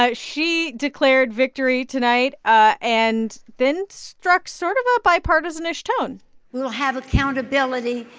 ah she declared victory tonight ah and then struck sort of ah bipartisanish tone we'll have accountability.